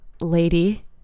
lady